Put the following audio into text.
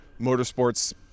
motorsports